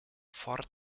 fort